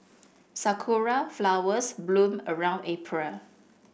sakura flowers bloom around April